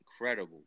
incredible